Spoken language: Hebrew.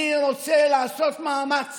אני רוצה לעשות מאמץ